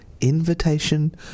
invitation